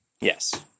Yes